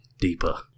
deeper